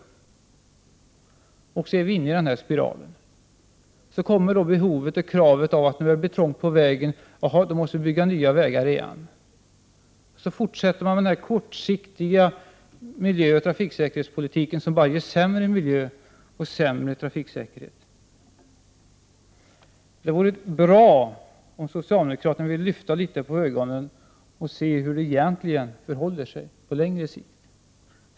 Vi är alltså så att säga inne i en spiral. Sedan kommer behoven och kraven. När det blir trångt på vägen, måste nya vägar återigen byggas. Så fortsätter man med en kortsiktig miljöoch trafiksäkerhetspolitik som bara resulterar i sämre miljö och minskad trafiksäkerhet. Det vore bra om socialdemokraterna öppnade ögonen något och såg hur det egentligen förhåller sig på lång sikt.